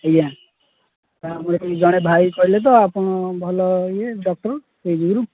ଆଜ୍ଞା ସାର୍ ଆମର ଏଠି ଜଣେ ଭାଇ କହିଲେ ତ ଆପଣ ଭଲ ଇଏ ଡକ୍ଟର୍ ସେହି ଯୋଗୁଁରୁ